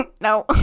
no